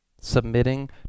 Submitting